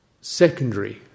secondary